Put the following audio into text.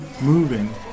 moving